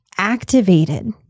activated